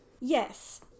Yes